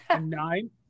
Nine